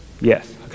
Yes